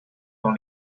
dans